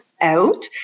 out